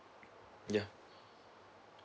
ya